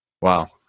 Wow